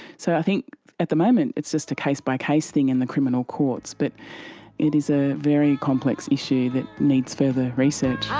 so i think at the moment it's just a case-by-case thing in the criminal courts. but it is a very complex issue that needs further research.